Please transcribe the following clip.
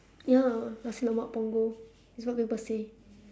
ya nasi lemak punggol that's what people say